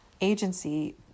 agency